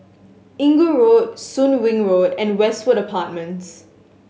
Inggu Road Soon Wing Road and Westwood Apartments